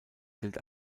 gilt